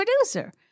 producer